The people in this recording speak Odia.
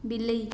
ବିଲେଇ